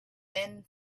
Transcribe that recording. thin